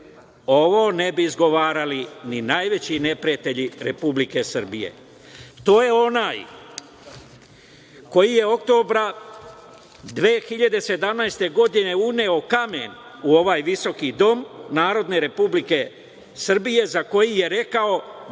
Ovo ne bi izgovarali ni najveći neprijatelji Republike Srbije. To je onaj koji je oktobra 2017. godine uneo kamen u ovaj visoki Dom Narodne Republike Srbije za koji je rekao